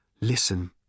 Listen